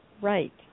right